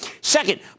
Second